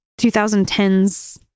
2010s